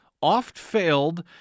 oft-failed